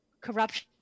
corruption